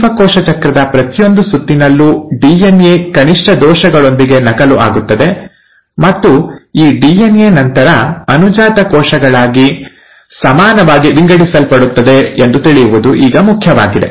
ಜೀವಕೋಶ ಚಕ್ರದ ಪ್ರತಿಯೊಂದು ಸುತ್ತಿನಲ್ಲೂ ಡಿಎನ್ಎ ಕನಿಷ್ಠ ದೋಷಗಳೊಂದಿಗೆ ನಕಲು ಆಗುತ್ತದೆ ಮತ್ತು ಈ ಡಿಎನ್ಎ ನಂತರ ಅನುಜಾತ ಕೋಶಗಳಾಗಿ ಸಮಾನವಾಗಿ ವಿಂಗಡಿಸಲ್ಪಡುತ್ತದೆ ಎಂದು ತಿಳಿಯುವುದು ಈಗ ಮುಖ್ಯವಾಗಿದೆ